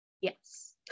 Yes